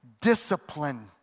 discipline